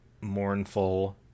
mournful